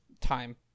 time